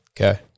Okay